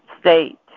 state